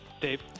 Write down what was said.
Dave